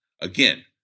Again